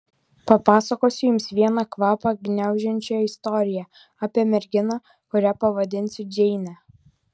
papasakosiu jums vieną kvapą gniaužiančią istoriją apie merginą kurią pavadinsiu džeine